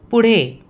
पुढे